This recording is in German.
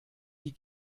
die